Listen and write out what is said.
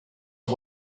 are